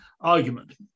argument